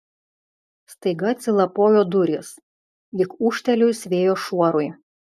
staiga atsilapojo durys lyg ūžtelėjus vėjo šuorui